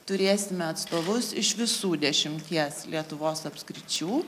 turėsime atstovus iš visų dešimties lietuvos apskričių